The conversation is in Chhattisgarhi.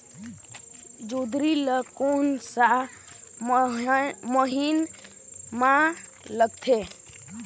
जोंदरी ला कोन सा महीन मां लगथे?